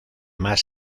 más